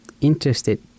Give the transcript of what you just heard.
interested